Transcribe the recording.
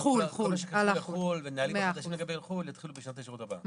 כל מה שקשור לחו"ל והנהלים החדשים לגבי חו"ל יתחילו בשנת השירות הבאה.